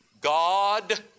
God